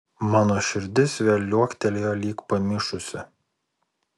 mano širdis vėl liuoktelėjo lyg pamišusi